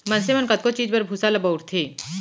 मनसे मन कतको चीज बर भूसा ल बउरथे